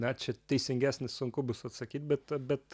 na čia teisingesnis sunku bus atsakyt bet bet